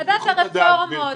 ועדת הרפורמות